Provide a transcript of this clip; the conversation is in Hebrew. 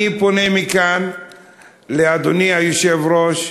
אני פונה מכאן לאדוני היושב-ראש,